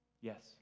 Yes